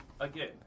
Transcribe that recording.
Again